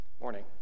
Morning